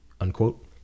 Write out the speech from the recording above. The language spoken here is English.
unquote